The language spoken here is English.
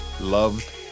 loved